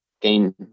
gain